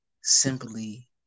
simply